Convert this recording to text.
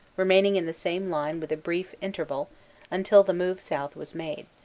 remaining in the same line with a brief inter val until the move south was made.